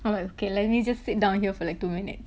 or like okay let me just sit down here for like two minutes